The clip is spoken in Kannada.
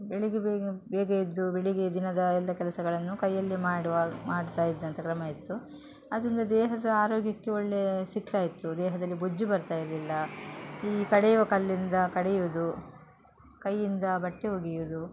ಬೆಳಿಗ್ಗೆ ಬೇಗ ಬೇಗ ಎದ್ದು ಬೆಳಿಗ್ಗೆ ದಿನದ ಎಲ್ಲ ಕೆಲಸಗಳನ್ನು ಕೈಯಲ್ಲೆ ಮಾಡುವ ಮಾಡ್ತಾ ಇದ್ದಂತ ಕ್ರಮ ಇತ್ತು ಅದೊಂದು ದೇಹದ ಆರೋಗ್ಯಕ್ಕೆ ಒಳ್ಳೆ ಸಿಗ್ತಾ ಇತ್ತು ದೇಹದಲ್ಲಿ ಬೊಜ್ಜು ಬರ್ತಾ ಇರಲಿಲ್ಲ ಈ ಕಡೆಯುವ ಕಲ್ಲಿಂದ ಕಡೆಯುವುದು ಕೈಯಿಂದ ಬಟ್ಟೆ ಒಗೆಯುದು